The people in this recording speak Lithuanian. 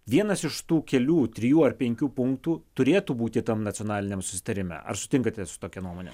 vienas iš tų kelių trijų ar penkių punktų turėtų būti tam nacionaliniame susitarime ar sutinkate su tokia nuomone